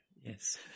Yes